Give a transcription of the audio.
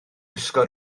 gwisgo